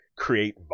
create